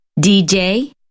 dj